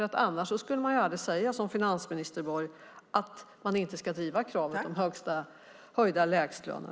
Annars skulle man aldrig säga som finansminister Borg att man inte ska driva kravet på höjda lägstalöner.